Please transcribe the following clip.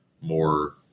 more